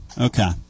Okay